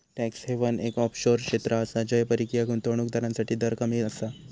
tax haven एक offshore क्षेत्र आसा जय परकीय गुंतवणूक दारांसाठी दर कमी आसा